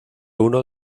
uno